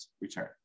return